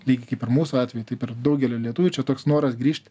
lygiai kaip ir mūsų atveju taip ir daugeliui lietuvių čia toks noras grįžt